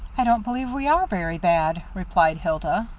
i don't believe we are very bad, replied hilda.